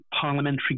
parliamentary